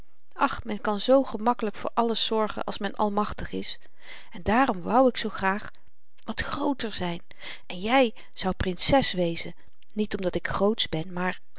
och men kan zoo gemakkelyk voor alles zorgen als men almachtig is en daarom wou ik zoo graag wat grooter zyn en jy zou prinses wezen niet omdat ik grootsch ben maar